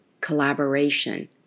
collaboration